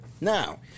now